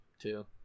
Two